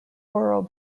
oral